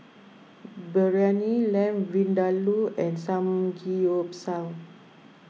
Biryani Lamb Vindaloo and Samgeyopsal